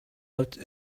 out